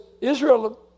Israel